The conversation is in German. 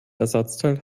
ersatzteil